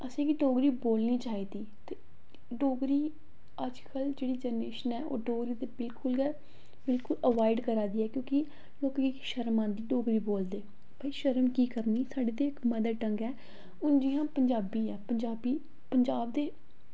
असेंगी डोगरी बोलनी चाहिदी ते डोगरी अज्जकल जेह्ड़ी जनरेशन ऐ ओह् डोगरी ते बिलकुल गै बिलकुल अवॉयड करा दी क्योंकि लोकें गी शर्म आंदी डोगरी बोलदे भाई शर्म की करनी साढ़ी ते इक मदर टंग ऐ हून जियां पंजाबी ऐ पंजाबी पंजाब दे